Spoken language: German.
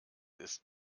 ist